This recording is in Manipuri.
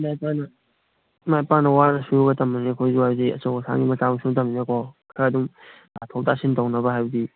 ꯏꯃꯥ ꯏꯄꯥꯅ ꯋꯥꯅ ꯁꯨꯔꯒ ꯇꯝꯕꯅꯤ ꯑꯩꯈꯣꯏꯁꯨ ꯍꯥꯏꯗꯤ ꯑꯆꯧ ꯑꯁꯥꯡꯒꯤ ꯃꯆꯥ ꯃꯁꯨ ꯅꯠꯇꯃꯤꯅꯀꯣ ꯈꯔꯗꯤ ꯇꯥꯊꯣꯛ ꯇꯥꯁꯤꯟ ꯇꯧꯅꯕ ꯍꯥꯏꯕꯗꯤ